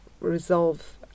resolve